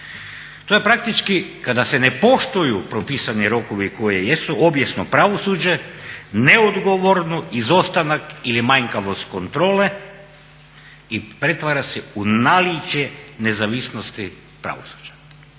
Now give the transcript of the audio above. To je praktički kada se ne poštuju propisani rokovi koji jesu obijesno pravosuđe, neodgovorno, izostanak ili manjkavost kontrole i pretvara se u naličje nezavisnosti pravosuđa